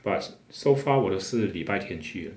but so far 我的是礼拜天去